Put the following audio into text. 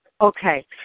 Okay